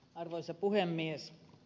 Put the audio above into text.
arvoisa puhemies